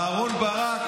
אהרן ברק,